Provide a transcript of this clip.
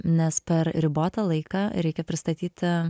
nes per ribotą laiką reikia pristatyti